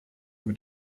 mit